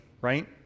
right